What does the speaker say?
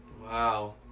Wow